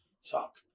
suck